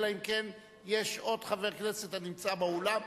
אלא אם כן יש עוד חבר כנסת הנמצא באולם,